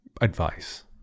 advice